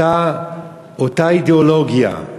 אותה אידיאולוגיה?